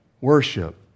worship